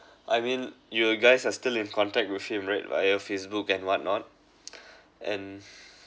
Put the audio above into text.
I mean you guys are still in contact with him right via Facebook and what not and